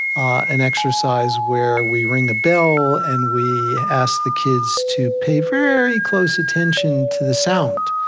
an exercise where we ring the bell, and we ask the kids to pay very close attention to the sound